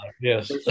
yes